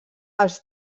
els